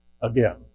again